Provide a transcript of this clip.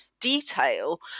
detail